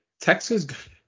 Texas